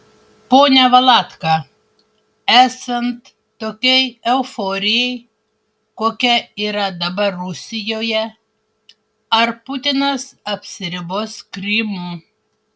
pone valatka esant tokiai euforijai kokia yra dabar rusijoje ar putinas apsiribos krymu